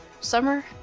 summer